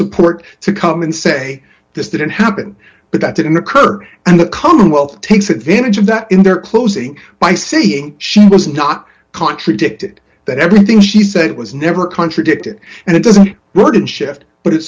support to come and say this didn't happen but that didn't occur and the commonwealth takes advantage of that in their closing by saying she was not contradicted that everything she said was never contradicted and it doesn't work in shift but it